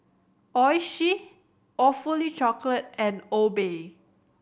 Oishi Awfully Chocolate and Obey